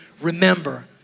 remember